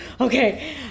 okay